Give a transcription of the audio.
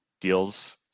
deals